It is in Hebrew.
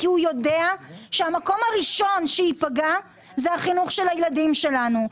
כי הוא יודע שהמקום הראשון שייפגע זה החינוך של הילדים שלנו.